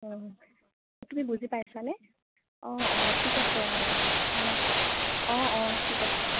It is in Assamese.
অঁ তুমি বুজি পাইছানে অঁ অঁ ঠিক আছে অঁ অঁ অঁ অঁ ঠিক আছে